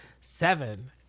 seven